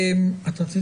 אני אבדוק.